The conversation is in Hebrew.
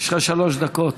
יש לך שלוש דקות.